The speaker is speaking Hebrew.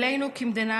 כמדינה,